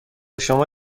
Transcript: شما